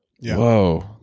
Whoa